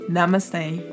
Namaste